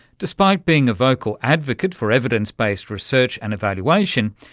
despite being a vocal advocate for evidence-based research and evaluation,